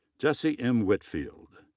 jesse m. whitfield.